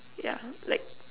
yeah like